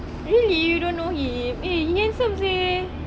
really you don't know him eh he handsome seh